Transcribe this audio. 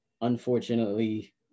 unfortunately –